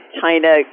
china